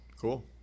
Cool